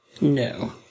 No